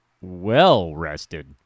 well-rested